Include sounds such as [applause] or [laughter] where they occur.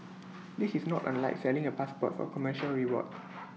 this is not unlike selling A passport for commercial [noise] reward